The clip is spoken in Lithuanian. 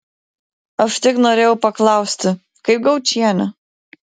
aš tik norėjau paklausti kaip gaučienė